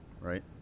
right